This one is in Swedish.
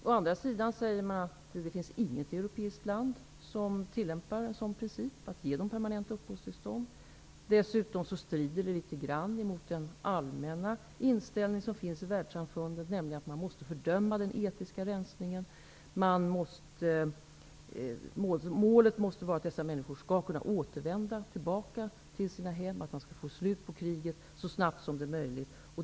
Å andra sidan säger man att inget annat europeiskt land tillämpar principen att de här människorna skall ges permanent uppehållstillstånd. Dessutom strider det litet grand mot den allmänna inställningen hos världssamfundet, nämligen att man måste fördöma den etniska rensningen. Målet måste vara att dessa människor skall kunna återvända till sina hem och att få slut på kriget så snabbt som möjligt.